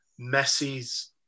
Messi's